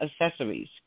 accessories